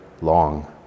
long